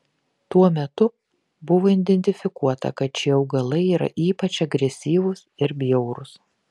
tuo metu buvo identifikuota kad šie augalai yra ypač agresyvūs ir bjaurūs